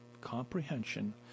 comprehension